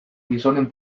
gizonen